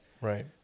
Right